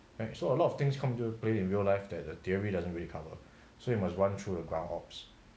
right so a lot of things come to play in real life that the theory doesn't really cover so you must run through the grounds